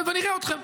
ונראה אתכם.